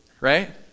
right